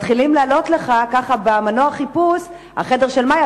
מתחילים לעלות לך במנוע החיפוש "החדר של מאיה",